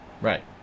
Right